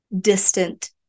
distant